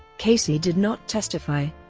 casey did not testify.